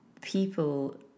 people